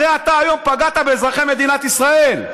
הרי אתה היום פגעת באזרחי מדינת ישראל.